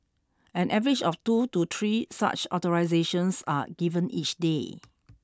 an average of two to three such authorisations are given each day